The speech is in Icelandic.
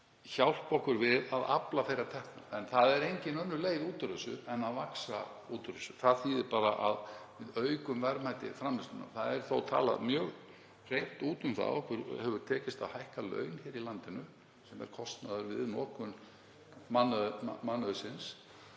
hjálpa okkur við að afla tekna. En það er engin önnur leið út úr þessu en að vaxa út úr því. Það þýðir bara að við aukum verðmæti framleiðslunnar. Það er þó talað mjög hreint út um það að okkur hefur tekist að hækka laun í landinu, sem er kostnaður við notkun mannauðsins.